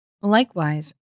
Likewise